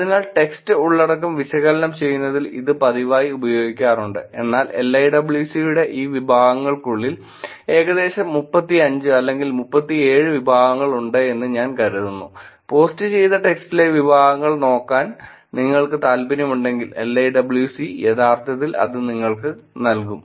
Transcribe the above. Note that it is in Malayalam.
അതിനാൽ ടെക്സ്റ്റ് ഉള്ളടക്കം വിശകലനം ചെയ്യുന്നതിൽ ഇത് പതിവായി ഉപയോഗിക്കാറുണ്ട് എന്നാൽ LIWC യുടെ ഈ വിഭാഗങ്ങൾക്കുള്ളിൽ ഏകദേശം 35 അല്ലെങ്കിൽ 37 വിഭാഗങ്ങളുണ്ടെന്ന് ഞാൻ കരുതുന്നു പോസ്റ്റ് ചെയ്ത ടെക്സ്റ്റിലെ വിഭാഗങ്ങൾ നോക്കാൻ നിങ്ങൾക്ക് താൽപ്പര്യമുണ്ടെങ്കിൽ LIWC യഥാർത്ഥത്തിൽ അത് നിങ്ങൾക്ക് നൽകാം